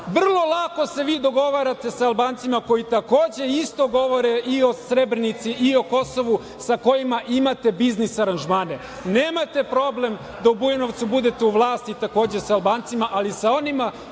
lako se vi dogovarate sa Albancima koji takođe isto govore i o Srebrenici i o Kosovu, sa kojima imate biznis aranžmane. Nemate problem da u Bujanovcu budete u vlasti takođe sa Albancima. Ali, sa onima